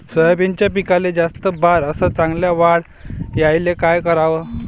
सोयाबीनच्या पिकाले जास्त बार अस चांगल्या वाढ यायले का कराव?